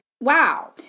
Wow